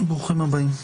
ברוכים הבאים.